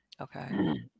Okay